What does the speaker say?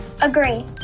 Agree